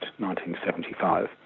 1975